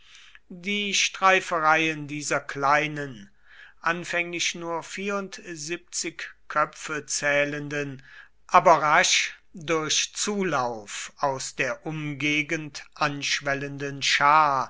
die streifereien dieser kleinen anfänglich nur vierundsiebzig köpfe zählenden aber rasch durch zulauf aus der umgegend anschwellenden schar